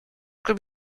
could